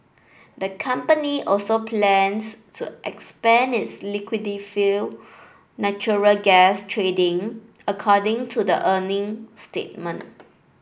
the company also plans to expand its liquefied natural gas trading according to the earning statement